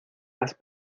las